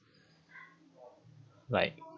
like